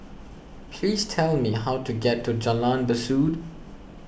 please tell me how to get to Jalan Besut